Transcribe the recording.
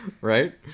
right